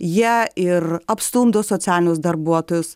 jie ir apstumdo socialinius darbuotojus